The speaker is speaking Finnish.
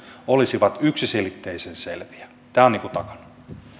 olisivat yksiselitteisen selviä tämä on takana